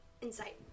Insight